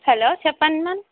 hello చెప్పండి ma'am